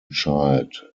child